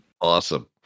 Awesome